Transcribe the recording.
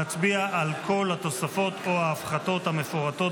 נצביע על כל התוספות או ההפחתות המפורטות